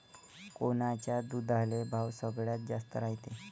कोनच्या दुधाले भाव सगळ्यात जास्त रायते?